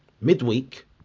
Midweek